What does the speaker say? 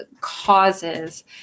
causes